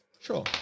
Sure